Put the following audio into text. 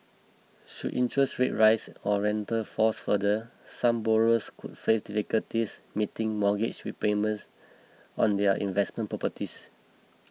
should interest rate rise or rental falls further some borrowers could face difficulties meeting mortgage repayments on their investment properties